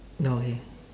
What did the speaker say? okay